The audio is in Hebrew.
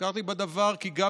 נזכרתי בדבר כי גם